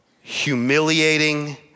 humiliating